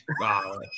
Wow